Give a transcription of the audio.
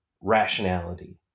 rationality